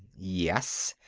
yes.